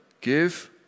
Give